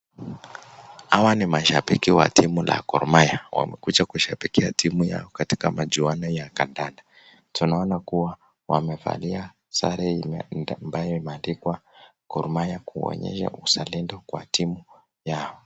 Hawa ni mashabiki wa timu la Gor Mahia. Wamekuja kushabikia timu yao katika machuano ya kandanda. Tunaona kuwa wamevalia sare ambayo imeandikwa Gor mahia, kuonyesha uzalendo kwa timu yao.